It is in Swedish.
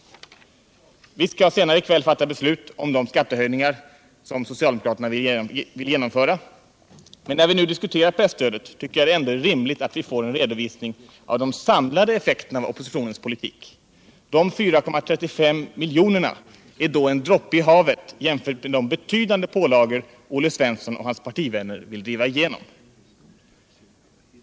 Vi skall senare i kväll fatta beslut om de skattehöjningar som socialdemokraterna vill genomföra, men när vi nu diskuterar presstödet tycker jag det ändå är rimligt att vi får en redovisning av de samlade effekterna av oppositionens politik. De 4,35 miljonerna är då en droppe i havet jämfört med de betydande pålagor som Olle Svensson och hans partivänner vill driva igenom.